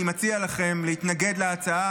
אני מציע לכם להתנגד להצעה,